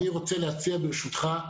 ברשותך,